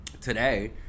today